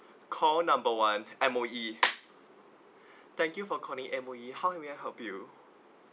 call number one M_O_E thank you for calling M_O_E how may I help you